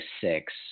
six